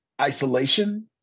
isolation